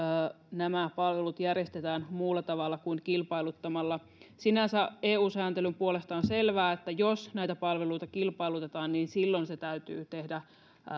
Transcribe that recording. nämä palvelut järjestetään muulla tavalla kuin kilpailuttamalla sinänsä eu sääntelyn puolesta on selvää että jos näitä palveluita kilpailutetaan niin silloin se täytyy tehdä